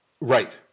Right